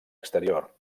exterior